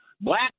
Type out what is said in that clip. black